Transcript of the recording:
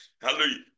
Hallelujah